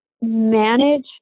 manage